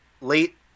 late